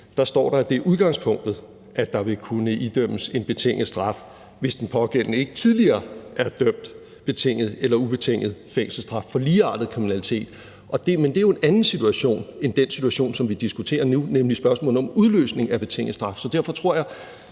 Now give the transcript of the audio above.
til, står der, at det er udgangspunktet, at der vil kunne idømmes en betinget straf, hvis den pågældende ikke tidligere er dømt betinget eller ubetinget fængselsstraf for ligeartet kriminalitet. Men det er jo en anden situation end den situation, som vi diskuterer nu, nemlig spørgsmålet om udløsning af betinget straf. Derfor tror jeg